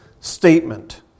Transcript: statement